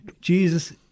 Jesus